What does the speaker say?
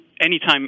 Anytime